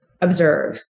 observe